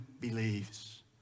believes